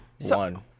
one